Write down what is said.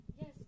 Yes